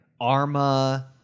Arma